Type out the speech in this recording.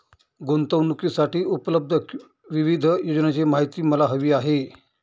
गुंतवणूकीसाठी उपलब्ध विविध योजनांची माहिती मला हवी आहे